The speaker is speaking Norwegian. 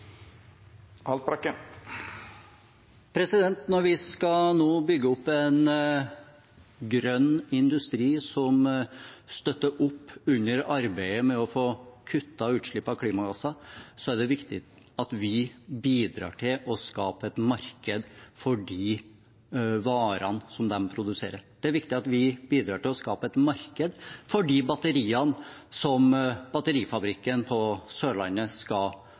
Når vi nå skal bygge opp en grønn industri som støtter opp under arbeidet med å få kuttet utslipp av klimagasser, er det viktig at vi bidrar til å skape et marked for de varene som de produserer. Det er viktig at vi bidrar til å skape et marked for de batteriene som batterifabrikken på Sørlandet skal